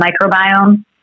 microbiome